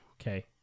Okay